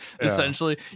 essentially